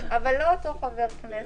אבל לא אותו חבר כנסת.